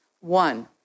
One